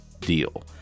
deal